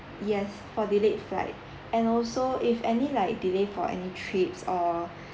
yes for delayed flight and also if any like delay for any trips or